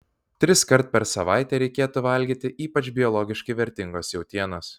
triskart per savaitę reikėtų valgyti ypač biologiškai vertingos jautienos